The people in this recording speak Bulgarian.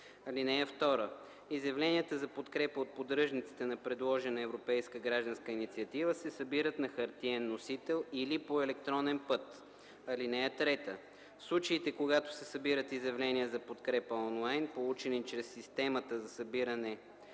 (2) Изявленията за подкрепа от поддръжниците на предложена европейска гражданска инициатива се събират на хартиен носител или по електронен път. (3) В случаите, когато се събират изявления за подкрепа онлайн, получени чрез системата за събиране